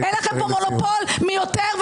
-- אין לכם פה מונופול מי יותר,